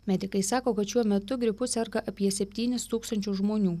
medikai sako kad šiuo metu gripu serga apie septynis tūkstančių žmonių